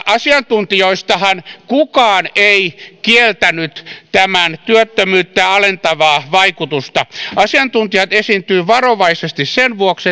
asiantuntijoistahan kukaan ei kieltänyt tämän työttömyyttä alentavaa vaikutusta asiantuntijat esiintyivät varovaisesti sen vuoksi